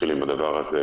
נתחיל עם הדבר הזה.